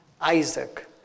Isaac